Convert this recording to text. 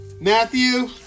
Matthew